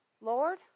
Lord